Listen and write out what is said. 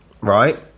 right